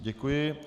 Děkuji.